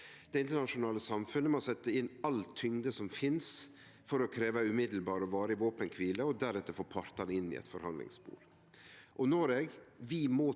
Det internasjonale samfunnet må setje inn all tyngde som finst, for å krevje ei omgåande og varig våpenkvile og deretter få partane inn i eit forhandlingsspor.